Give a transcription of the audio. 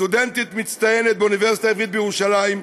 סטודנטית מצטיינת באוניברסיטה העברית בירושלים,